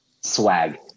swag